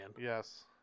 Yes